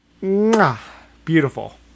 Beautiful